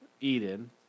Eden